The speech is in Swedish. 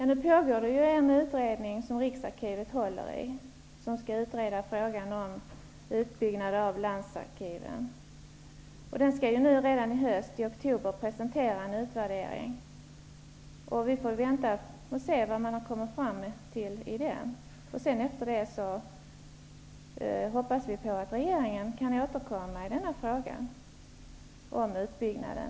Herr talman! Det pågår en utredning som Riksarkivet håller i. Den skall utreda frågan om utbyggnad av landsarkiven. Den skall redan i höst, i oktober, presentera en utvärdering. Vi får väl vänta och se vad man kommer fram till i den. Efter det hoppas vi att regeringen kan återkomma om utbyggnaden.